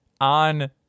on